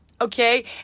okay